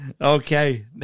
Okay